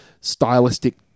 stylistic